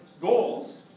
goals